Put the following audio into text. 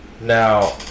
now